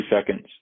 seconds